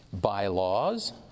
Bylaws